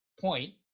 point